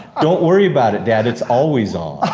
don't worry about it, dad, it's always on.